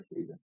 season